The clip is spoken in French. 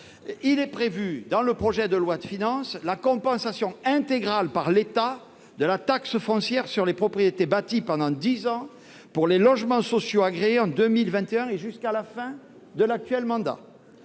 Il est prévu dans le projet de loi de finances la compensation intégrale par l'État de la taxe foncière sur les propriétés bâties pendant dix ans pour les logements sociaux agréés en 2021 et jusqu'à la fin de l'actuel mandat..